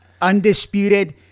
undisputed